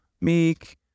meek